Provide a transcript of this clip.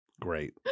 Great